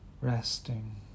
Resting